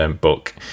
book